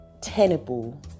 tenable